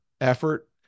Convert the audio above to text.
effort